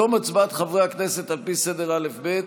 בתום הצבעת חברי הכנסת על פי סדר האל"ף-בי"ת,